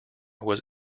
was